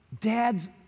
dad's